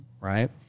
right